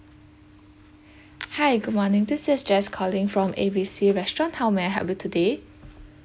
hi good morning this is jess calling from A B C restaurant how may I help you today